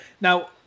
Now